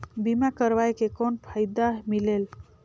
बीमा करवाय के कौन फाइदा मिलेल?